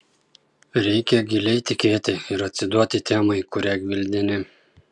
reikia giliai tikėti ir atsiduoti temai kurią gvildeni